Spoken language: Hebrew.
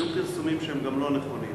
והיו גם פרסומים שהם לא נכונים.